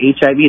HIV